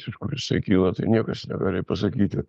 iš kur jisai kyla tai niekas negali pasakyti